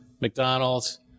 McDonald's